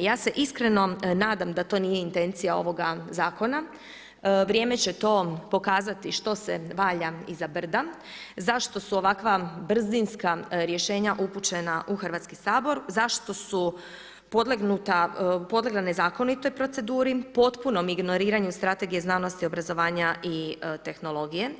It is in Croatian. Ja se iskreno nadam da to nije intencija ovoga zakona, vrijeme će to pokazati što se valja iz brda, zašto su ovakva brzinska rješenja upućena u Hrvatski sabor, zašto su podlegnuta zakonitoj proceduri, potpunom ignoriranju Strategije znanosti, obrazovanja i tehnologije,